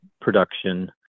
production